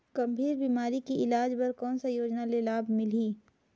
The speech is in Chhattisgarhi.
गंभीर बीमारी के इलाज बर कौन सा योजना ले लाभ मिलही?